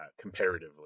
comparatively